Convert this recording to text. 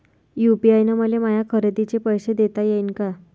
UPI न मले माया खरेदीचे पैसे देता येईन का?